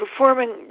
Performing